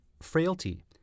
frailty